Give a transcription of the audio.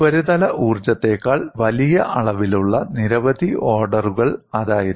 ഉപരിതല ഊർജ്ജത്തേക്കാൾ വലിയ അളവിലുള്ള നിരവധി ഓർഡറുകൾ അതായിരുന്നു